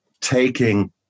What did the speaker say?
taking